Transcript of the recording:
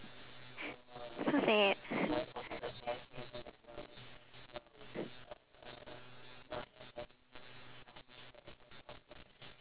so sad